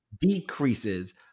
decreases